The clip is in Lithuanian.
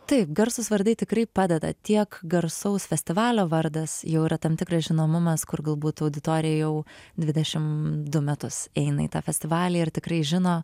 taip garsūs vardai tikrai padeda tiek garsaus festivalio vardas jau yra tam tikras žinomumas kur galbūt auditorija jau dvidešim du metus eina į tą festivalį ir tikrai žino